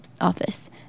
office